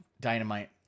Dynamite